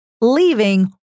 leaving